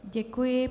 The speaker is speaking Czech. Děkuji.